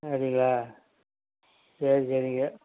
அப்படிங்களா சரி சரிங்க